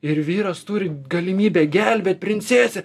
ir vyras turi galimybę gelbėt princesę